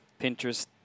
Pinterest